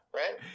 right